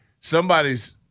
somebody's